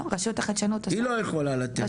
היא לא יכולה לתת.